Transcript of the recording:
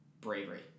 bravery